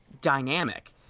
dynamic